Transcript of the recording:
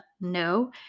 no